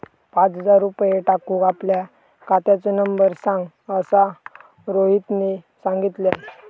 पाच हजार रुपये टाकूक आपल्या खात्याचो नंबर सांग असा रोहितने सांगितल्यान